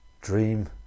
dream